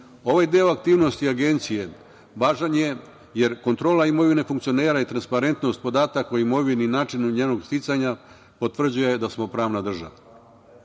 deo aktivnosti Agencije važan je jer kontrola imovine funkcionera i transparentnost podataka o imovini i načinu njenog sticanja potvrđuje da smo pravna država